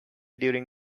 during